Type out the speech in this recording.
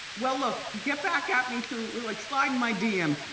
well look. get back at me through, like slide in my dm.